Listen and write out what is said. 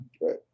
Right